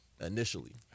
initially